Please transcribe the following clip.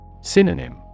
Synonym